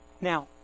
Now